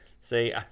See